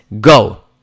go